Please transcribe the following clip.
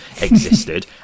existed